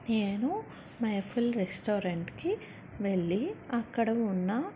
నేను మెహ్ఫిల్ రెస్టారెంట్కి వెళ్ళి అక్కడ ఉన్న